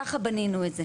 ככה בנינו את זה.